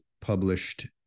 published